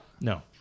no